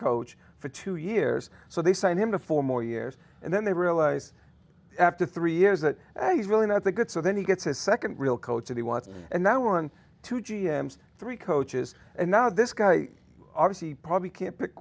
coach for two years so they sign him to four more years and then they realize after three years that he's really not that good so then he gets a second real coach that he wants and that one two g m s three coaches and now this guy obviously probably can't pick